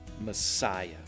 Messiah